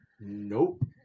Nope